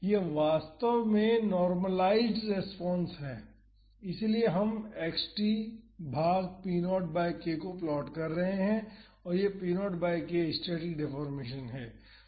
यह वास्तव में नॉर्मलाइज़्ड रेस्पॉन्स है इसलिए हम x t भाग p 0 बाई k को प्लॉट कर रहे हैं यह p 0 by k static deformation है